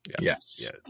Yes